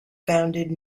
founded